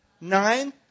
Nine